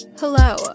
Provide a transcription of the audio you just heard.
Hello